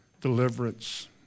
Deliverance